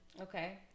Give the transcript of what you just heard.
Okay